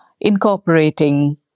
incorporating